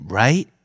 right